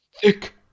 Thick